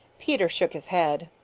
peter shook his head.